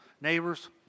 neighbors